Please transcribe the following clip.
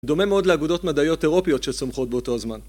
דומה מאוד לאגודות מדעיות אירופיות שצומחות באותו הזמן.